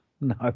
no